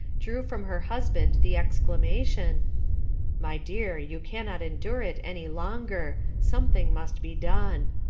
drew from her husband the exclamation my dear, you cannot endure it any longer something must be done.